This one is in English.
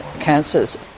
cancers